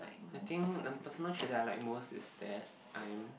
I think the personal trait that I like most is that I'm